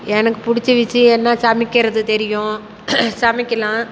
எனக்கு பிடிச்ச விஷியம் என்ன சமைக்கிறது தெரியும் சமைக்கலாம்